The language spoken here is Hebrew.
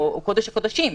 או קודש הקודשים?